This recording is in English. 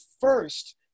first